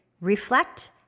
reflect